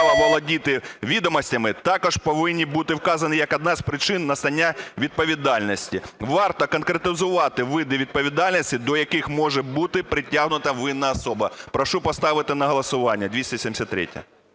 Прошу поставити на голосування, 273-я.